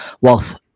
wealth